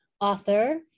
author